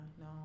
no